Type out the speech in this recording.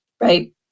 right